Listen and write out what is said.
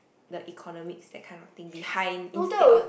the economics that kind of thing behind instead of